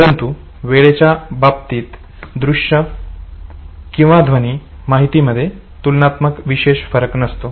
परंतु वेळेच्या बाबतीत दृश्य किंवा ध्वनी माहिती मध्ये तुलनात्मक विशेष फरक नसतो